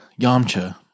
Yamcha